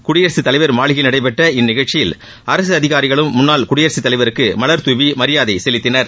குடியரசுத் தலைவர் மாளிகையில் நடைபெற்ற இந்நிகழ்ச்சியில் அரசு அதிகாரிகளும் முன்னாள் குடியரசுத் தலைவருக்கு மலர்தூவி மரியாதை செலுத்தினர்